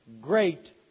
great